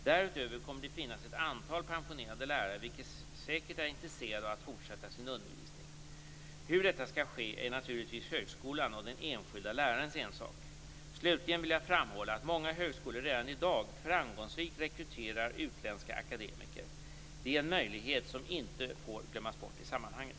Därutöver kommer det att finnas ett antal pensionerade lärare vilka säkert är intresserade av att fortsätta sin undervisning. Hur detta skall ske är naturligtvis högskolans och den enskilde lärarens ensak. Slutligen vill jag framhålla att många högskolor redan i dag framgångsrikt rekryterar utländska akademiker. Detta är en möjlighet som inte får glömmas bort i sammanhanget.